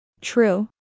True